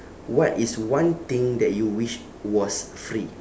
what is one thing that you wish was free